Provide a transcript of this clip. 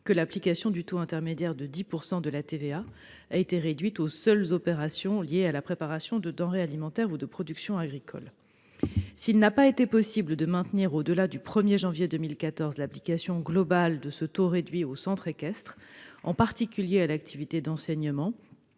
que l'application du taux intermédiaire de 10 % de la TVA a été restreinte aux seules opérations relatives aux équidés destinés à être utilisés dans la préparation des denrées alimentaires ou la production agricole. S'il n'a pas été possible de maintenir au-delà du 1 janvier 2014 l'application globale de ce taux réduit aux centres équestres, en particulier à l'activité d'enseignement,